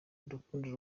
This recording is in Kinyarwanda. urukundo